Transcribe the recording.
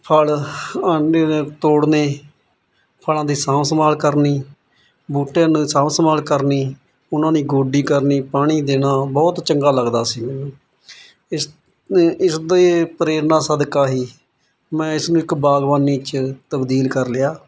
ਫਲ ਆਉਣੇ ਅਤੇ ਤੋੜਨੇ ਫਲਾਂ ਦੀ ਸਾਂਭ ਸੰਭਾਲ ਕਰਨੀ ਬੂਟਿਆਂ ਦੀ ਸਾਂਭ ਸੰਭਾਲ ਕਰਨੀ ਉਹਨਾਂ ਦੀ ਗੋਡੀ ਕਰਨੀ ਪਾਣੀ ਦੇਣਾ ਬਹੁਤ ਚੰਗਾ ਲੱਗਦਾ ਸੀ ਮੈਨੂੰ ਇਸ ਇਸਦੇ ਪ੍ਰੇਰਨਾ ਸਦਕਾ ਹੀ ਮੈਂ ਇਸਨੂੰ ਇੱਕ ਬਾਗਵਾਨੀ 'ਚ ਤਬਦੀਲ ਕਰ ਲਿਆ